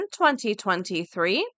2023